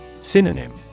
Synonym